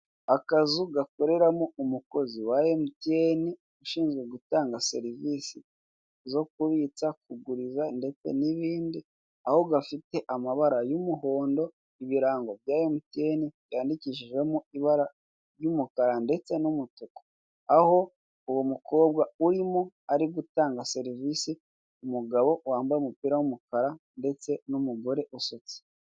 Akazu gakoreramo umukozi wa Emutiyeni, ushinzwe gutanga serivisi zo kubitsa, kuguriza ndetse n'ibindi, aho gafite amabara y'umuhondo, ibirango bya Emutiyene byandikishijemo ibara ry'umukara ndetse n'umutuku, aho uwo mukobwa urimo ari gutanga serivisi, umugabo wambaye umupira w'umukara ndetse n'umugore usutse.